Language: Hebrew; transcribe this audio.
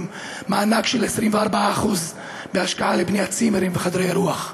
מענק של 24% בהשקעה לבניית צימרים וחדרי אירוח.